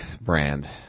brand